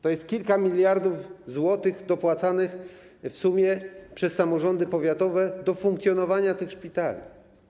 To jest kilka miliardów złotych dopłacanych w sumie przez samorządy powiatowe do funkcjonowania tych szpitali.